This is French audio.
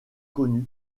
connue